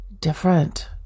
different